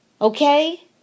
okay